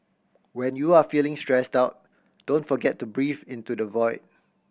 when you are feeling stressed out don't forget to breathe into the void